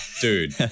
dude